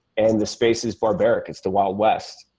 and the space as barbaric. it's the wild west.